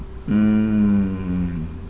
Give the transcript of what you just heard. mm